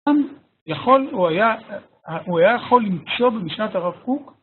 ‫הוא היה יכול למצוא במשנת הרב קוק?